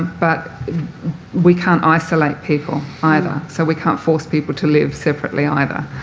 but we can't isolate people either. so we can't force people to live separately either.